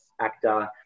actor